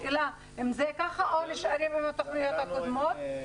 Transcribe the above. השאלה אם זה ככה או שנשארים עם התכניות הקודמת.